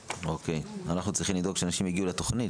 אנחנו צריכים לדאוג שאנשים יגיעו לתכנית,